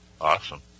Awesome